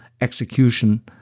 execution